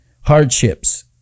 hardships